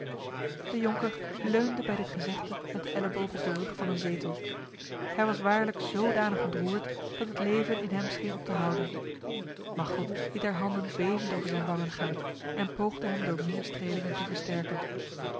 de jonker leunde bij dit gezegde met de elleboog op de rug van een zetel hij was waarlijk zodanig ontroerd dat het leven in hem scheen op te houden machteld liet haar handen bevend over zijn wangen gaan en poogde hem door meer strelingen te versterken